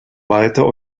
weiter